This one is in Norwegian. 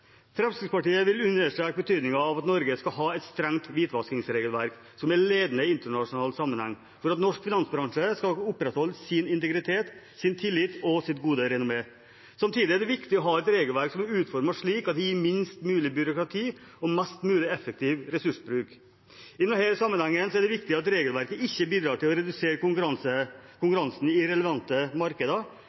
Fremskrittspartiet vil understreke betydningen av at Norge skal ha et strengt hvitvaskingsregelverk som er ledende i internasjonal sammenheng, for at norsk finansbransje skal opprettholde sin integritet, sin tillit og sitt gode renommé. Samtidig er det viktig å ha et regelverk som er utformet slik at det gir minst mulig byråkrati og mest mulig effektiv ressursbruk. I denne sammenhengen er det viktig at regelverket ikke bidrar til å redusere konkurransen i relevante markeder,